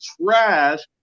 trash